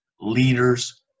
leaders